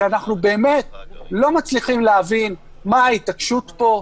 אנחנו לא מצליחים להבין מה ההתעקשות פה.